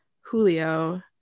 julio